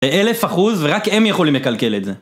לאלף אחוז ורק הם יכולים לקלקל את זה